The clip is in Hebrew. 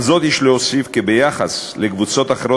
על זאת יש להוסיף כי ביחס לקבוצות אחרות